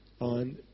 on